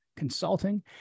Consulting